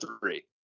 three